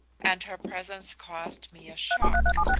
and her presence caused me a shock.